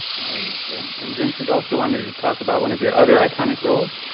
and and vincent also wanted to talk about one of your other iconic roles.